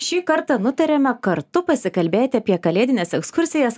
šį kartą nutarėme kartu pasikalbėti apie kalėdines ekskursijas